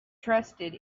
trusted